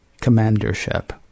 commandership